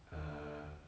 err